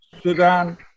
Sudan